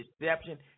deception